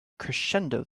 crescendo